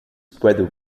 weather